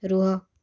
ରୁହ